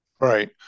Right